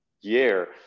year